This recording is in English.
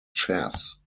chess